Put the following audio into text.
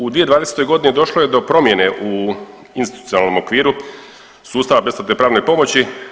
U 2020. godini došlo je do promjene u institucionalnom okviru sustava besplatne pravne pomoći.